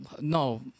no